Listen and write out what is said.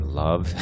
love